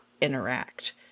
interact